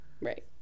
Right